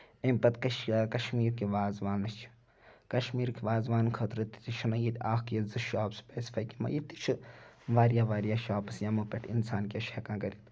اَمہِ پَتہٕ کَشمیٖر کہِ وازوانٕچ کَشمیٖرُک وازوان خٲطرٕ تہِ چھُنہٕ ییٚتہِ اکھ یا زٕ شاپٕس سُپیسِفاے ییٚتہِ تہِ چھِ واریاہ واریاہ شاپٕس یمو پٮ۪ٹھ اِنسان کیاہ چھُ ہیٚکان کٔرِتھ